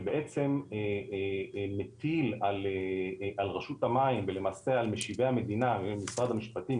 שבעצם מטיל על רשות המים ולמעשה על משיבי המדינה במשרד המשפטים,